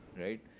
right?